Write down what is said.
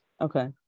Okay